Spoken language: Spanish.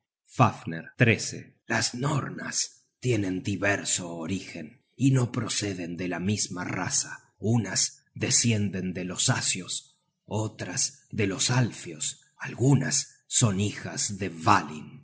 fafner las nornas tienen diverso orígen y no proceden de la misma raza unas descienden de los asios otras de los alfios algunas son hijas de